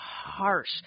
harsh